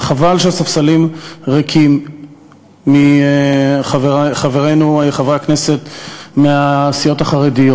וחבל שהספסלים ריקים מחברינו חברי הכנסת מהסיעות החרדיות.